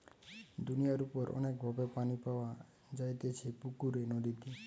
দুনিয়ার উপর অনেক ভাবে পানি পাওয়া যাইতেছে পুকুরে, নদীতে